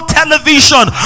television